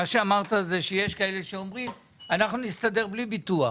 זה שיש כאלה שאומרים "אנחנו נסתדר בלי ביטוח".